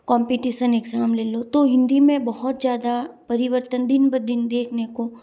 competition exam ले लो तो हिंदी में बहुत ज़्यादा परिवर्तन दिन ब दिन देखने को